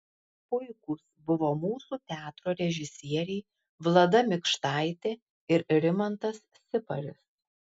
puikūs buvo mūsų teatro režisieriai vlada mikštaitė ir rimantas siparis